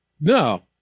No